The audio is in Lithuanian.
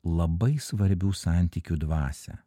labai svarbių santykių dvasią